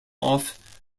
off